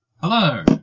Hello